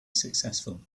successful